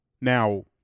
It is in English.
Now